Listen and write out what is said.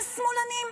הם שמאלנים?